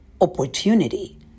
opportunity